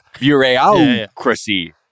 bureaucracy